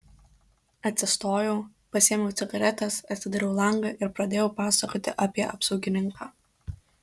atsistojau pasiėmiau cigaretes atidariau langą ir pradėjau pasakoti apie apsaugininką